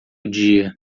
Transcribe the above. dia